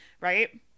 right